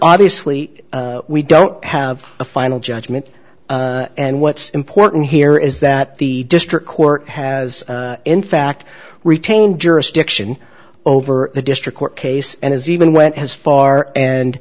obviously we don't have a final judgment and what's important here is that the district court has in fact retained jurisdiction over the district court case and has even went as far and